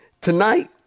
Tonight